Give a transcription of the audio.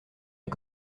est